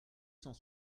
cent